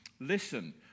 Listen